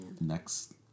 next